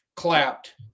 clapped